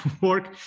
work